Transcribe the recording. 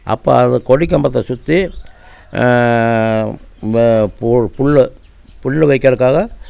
அப்போ அது கொடி கம்பத்தை சுற்றி ப பு புல் புல் வைக்கறதுக்காக